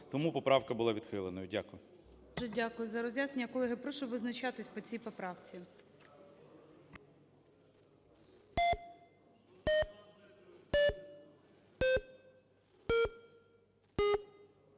Тому поправка була відхиленою. Дякую. ГОЛОВУЮЧИЙ. Дуже дякую за роз'яснення. Колеги, прошу визначатись по цій поправці.